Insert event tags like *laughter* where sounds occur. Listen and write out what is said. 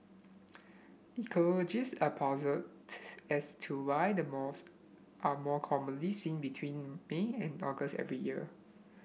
ecologist are puzzled *unintelligible* as to why the moths are more commonly seen between May and August every year